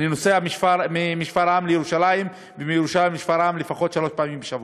ואני נוסע משפרעם לירושלים ומירושלים לשפרעם לפחות שלוש פעמים בשבוע.